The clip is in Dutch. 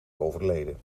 overleden